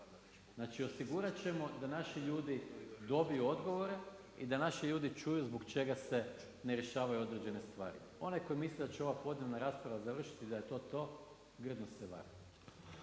Znači osigurati ćemo da naši ljudi dobiju odgovore i da naši ljudi čuju zbog čega se ne rješavaju određene stvari. Onaj tko misli da će ova podnevna rasprava završiti, da je to to, grdno se vara.